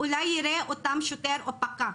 אולי יראה אותם שוטר או פקח.